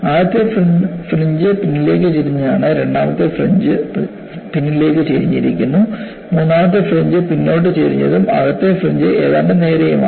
ആദ്യത്തെ ഫ്രിഞ്ച് പിന്നിലേക്ക് ചരിഞ്ഞതാണ് രണ്ടാമത്തെ ഫ്രിഞ്ച് പിന്നിലേക്ക് ചരിഞ്ഞിരിക്കുന്നു മൂന്നാമത്തെ ഫ്രിഞ്ച് മുന്നോട്ട് ചരിഞ്ഞതും അകത്തെ ഫ്രിഞ്ച് ഏതാണ്ട് നേരെയുമാണ്